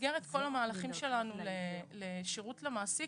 במסגרת כל המהלכים שלנו לשירות למעסיק,